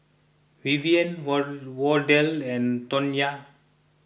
Vivian Wardell and Tonya